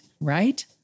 right